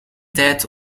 tijd